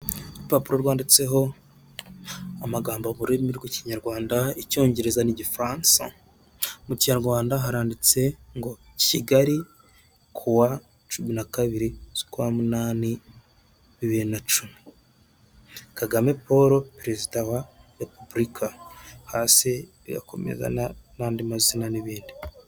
Urupapuro rwanditseho amagambo mu rurimi rw'ikinyarwanda icyongereza n'igifaransa, mu kinyarwanda haranditse ngo kigali ku wa cumi na kabiri zukwa munani bibiri na cumi, kagame paul perezida wa repubulika. Hasi igakomeza n'andi mazina n'ibindi.